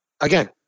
Again